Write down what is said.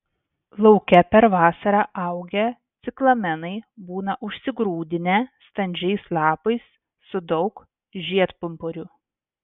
lauke per vasarą augę ciklamenai būna užsigrūdinę standžiais lapais su daug žiedpumpurių